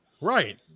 Right